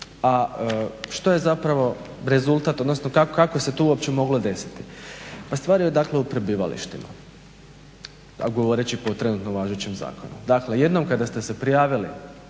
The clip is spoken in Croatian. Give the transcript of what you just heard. A što je zapravo rezultat, kako se to uopće moglo desiti? Stvar je dakle u prebivalištima, govoreći po trenutno važećim zakonu. Dakle, jednom kada ste se prijavili